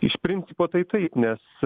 iš principo tai taip nes